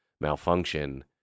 malfunction